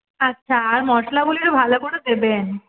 আচ্ছা আর মশলাগুলো একটু ভালো করে দেবেন